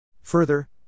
Further